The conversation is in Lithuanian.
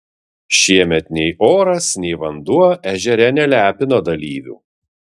šiemet nei oras nei vanduo ežere nelepino dalyvių